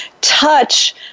touch